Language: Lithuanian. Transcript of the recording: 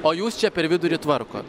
o jūs čia per vidurį tvarkot